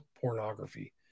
pornography